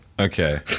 Okay